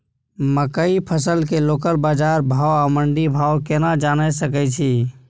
मकई फसल के लोकल बाजार भाव आ मंडी भाव केना जानय सकै छी?